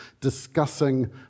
discussing